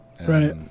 Right